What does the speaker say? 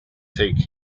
take